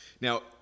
Now